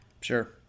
Sure